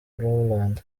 rowland